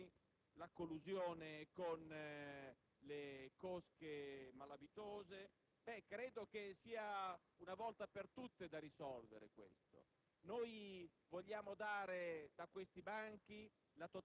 Allora, le procedure d'urgenza, gli sperperi, la collusione con le cosche malavitose: credo che sia necessario, una volta per tutte, risolvere tutto